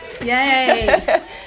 Yay